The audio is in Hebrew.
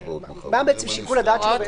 מה שיקול הדעת ואיזה גורם עושה את זה?